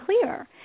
clear